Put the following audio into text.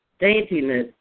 daintiness